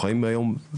החיים היום,